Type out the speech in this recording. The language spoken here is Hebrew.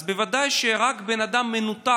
אז בוודאי שרק בן אדם מנותק